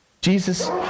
Jesus